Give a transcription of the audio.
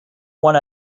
one